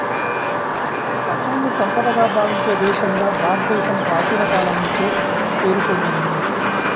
పశువుల్ని సంపదగా భావించే దేశంగా భారతదేశం ప్రాచీన కాలం నుంచే పేరు పొందింది